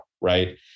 right